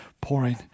pouring